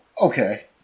Okay